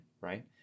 right